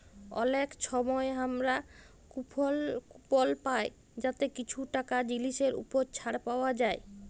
অলেক সময় আমরা কুপল পায় যাতে কিছু টাকা জিলিসের উপর ছাড় পাউয়া যায়